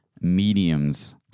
mediums